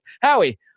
howie